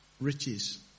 riches